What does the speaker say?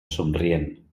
somrient